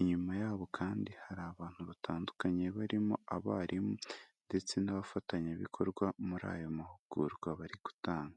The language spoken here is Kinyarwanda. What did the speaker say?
inyuma yabo kandi hari abantu batandukanye barimo, abarimu ndetse n'abafatanyabikorwa muri ayo mahugurwa bari gutanga.